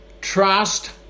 trust